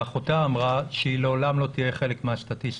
שאחותה אמרה שהיא לעולם לא תהיה חלק תהיה חלק מהסטיסטיקה.